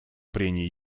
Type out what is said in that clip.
прений